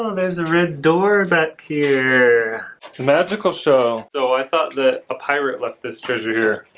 there's a red door back here magical show so i thought that a pirate left this vision here